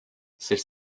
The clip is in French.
celle